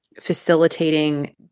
facilitating